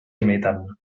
imiten